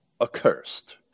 accursed